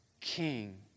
king